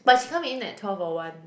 but she come in at twelve or one